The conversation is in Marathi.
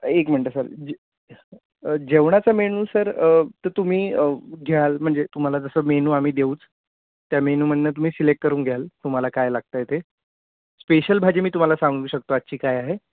एक मिनटं सर ज जेवणाचा मेनू सर तर तुम्ही घ्याल म्हणजे तुम्हाला जसं मेनू आम्ही देऊच त्या मेनूमधनं तुम्ही सिलेक्ट करून घ्याल तुम्हाला काय लागतं आहे ते स्पेशल भाजी मी तुम्हाला सांगू शकतो आजची काय आहे